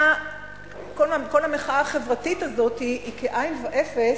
כל המחאה החברתית הזאת היא כאין וכאפס,